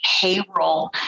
payroll